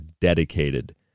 dedicated